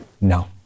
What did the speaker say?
no